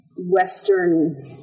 western